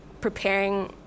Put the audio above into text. preparing